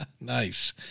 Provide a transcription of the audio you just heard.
Nice